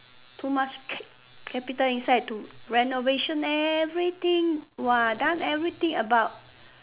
too much cap~ capital inside to renovation everything !wah! done everything about